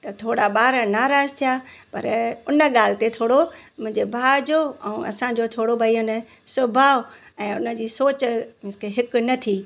त थोरा ॿार नाराज़ थिया पर उन ॻाल्हि ते थोरो मुंहिंजे भाउ जो ऐं असांजो थोरो भई हुन सुभाउ ऐं उन जी सोचु मींस की हिकु न थी